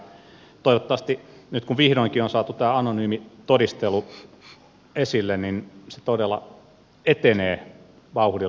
toivottavasti nyt kun vihdoinkin on saatu tämä anonyymitodistelu esille se todella etenee vauhdilla